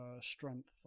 strength